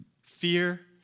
fear